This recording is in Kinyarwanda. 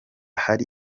hari